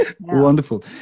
Wonderful